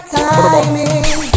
timing